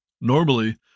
Normally